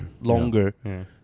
longer